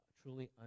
truly